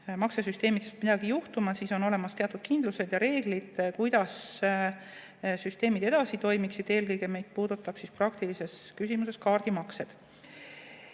maksesüsteemis peaks midagi juhtuma, siis on olemas teatud kindlus ja reeglid, kuidas süsteemid edasi toimiksid. Eelkõige puudutab see praktilist küsimust, kaardimakseid.